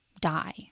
die